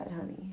honey